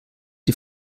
die